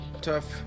Tough